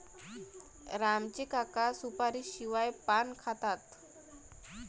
राम चे काका सुपारीशिवाय पान खातात